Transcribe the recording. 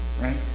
Right